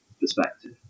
perspective